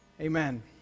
amen